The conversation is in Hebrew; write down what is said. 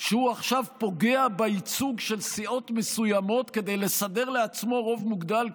שהוא עכשיו פוגע בייצוג של סיעות מסוימות כדי לסדר לעצמו רוב מוגדל,